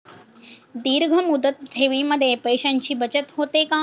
दीर्घ मुदत ठेवीमध्ये पैशांची बचत होते का?